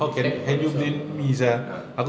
respect for yourself ah ah